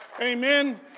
Amen